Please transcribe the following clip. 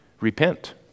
repent